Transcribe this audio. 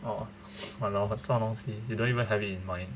orh !walao! 这种东西 you don't even have it in mind